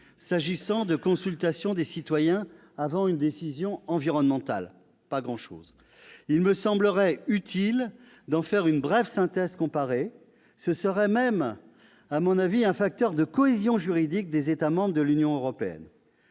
s'agissant de consultation des citoyens avant une décision environnementale ? Pas grand-chose ... Il me semblerait utile d'en faire une brève synthèse comparée ; ce serait même, à mon avis, un facteur de cohésion juridique des États membres de l'Union européenne.